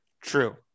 True